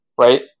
right